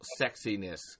sexiness